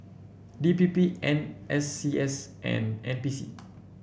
D P P N S C S and N P C